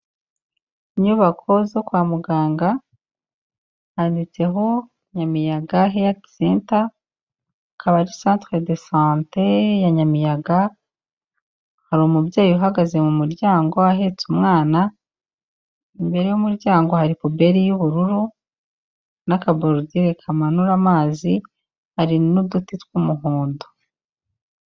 Inyubako zo kwa muganga, handitseho Nyamiyaga helisi senta, akaba ari santire de sante ya Nyamiyaga, hari umubyeyi uhagaze mu muryango ahetse umwana, imbere y'umuryango hari puberi y'ubururu n'akaborudire kamanura amazi, hari n'uduti tw'umuhondo.